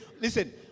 Listen